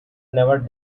never